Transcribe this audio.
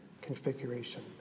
configuration